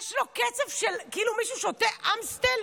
יש לו קצף כאילו של מי ששותה אמסטל?